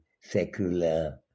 secular